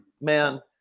man